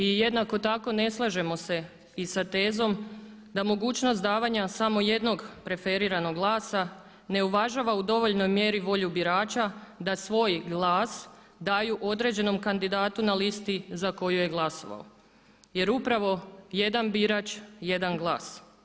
I jednako tako ne slažemo se i sa tezom da mogućnost davanja samo jednog preferiranog glasa ne uvažava u dovoljnoj mjeri volju birača da svoj glas daju određenom kandidatu na listi za koju je glasovao jer upravo jedan birač jedan glas.